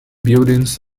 buildings